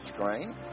screen